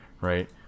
right